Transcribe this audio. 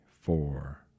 four